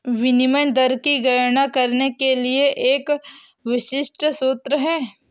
विनिमय दर की गणना करने के लिए एक विशिष्ट सूत्र है